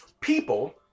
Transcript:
People